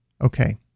Okay